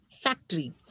factory